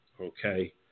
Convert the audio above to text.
okay